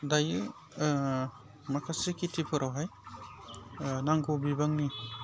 दायो माखासे खिथिफोरावहाय नांगौ बिबांनि